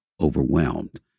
overwhelmed